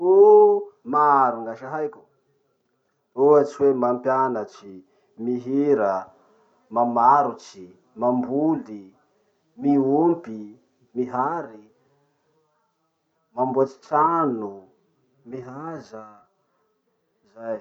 Oh maro gn'asa haiko: ohatsy hoe mampianatsy, mihira, mamarotsy, mamboly, miompy mihary, mamboatsy trano, mihaza. Zay.